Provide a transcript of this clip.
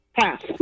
Pass